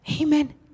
Amen